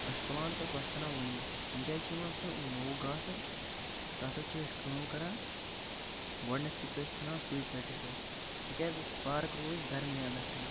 أسۍ چھِ تُلان تہٕ پَتہٕ ژھٕنان لوٗنِتھ کُنہِ جایہِ چھُ یِوان سُہ نوٚو گاسہٕ تَتھ حظ چھِ أسۍ کٲم کَران گۄڈنٮ۪تھ چھِ أسۍ ژھُنان سُے ژٔٹِتھ حظ تِکیٛازِ پارک روزِ درمیانَس منٛز